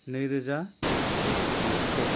नैरोजा नैजिसे